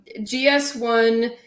GS1